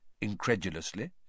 incredulously